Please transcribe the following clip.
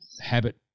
habit